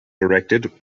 directed